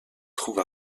trouve